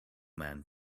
man